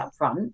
upfront